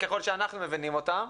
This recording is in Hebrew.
ככל שאנחנו מבינים אותם.